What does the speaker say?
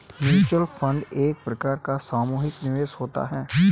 mutual fund एक प्रकार का सामुहिक निवेश होता है